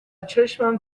چشمم